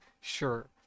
Sure